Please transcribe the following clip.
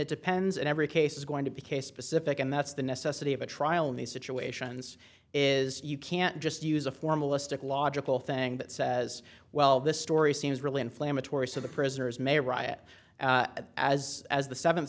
it depends on every case is going to be case specific and that's the necessity of a trial in these situations is you can't just use a formalistic logical thing that says well this story seems really inflammatory so the prisoners may riot as as the